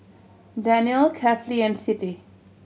Daniel Kefli and Siti